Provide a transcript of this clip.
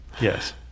Yes